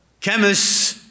chemists